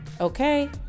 okay